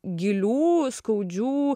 gilių skaudžių